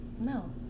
No